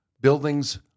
buildings